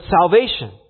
salvation